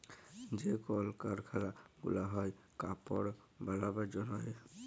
যে কল কারখালা গুলা হ্যয় কাপড় বালাবার জনহে